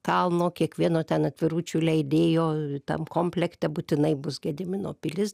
kalno kiekvieno ten atviručių leidėjo tam komplekte būtinai bus gedimino pilis